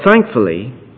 thankfully